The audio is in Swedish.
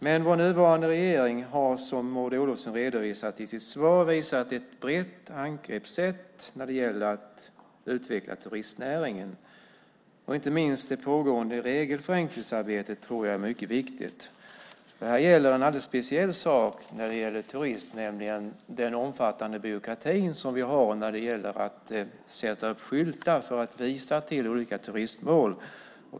Vår nuvarande regering har, som Maud Olofsson redovisat i sitt svar, visat ett brett angreppssätt när det gäller att utveckla turistnäringen. Inte minst det pågående regelförenklingsarbetet tror jag är mycket viktigt. Det finns en alldeles speciell sak när det gäller turism, nämligen den omfattande byråkrati som vi har när det gäller att sätta upp skyltar för att visa till olika turistmål.